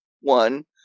one